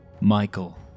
Michael